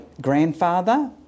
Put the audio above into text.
grandfather